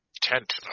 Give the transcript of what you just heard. tent